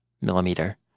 millimeter